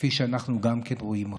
כפי שאנחנו גם רואים אותם,